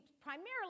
primarily